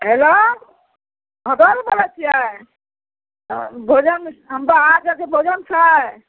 hello होटलसे बोलै छिए भोजन हमरा आओरके भोजन छै